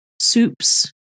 soups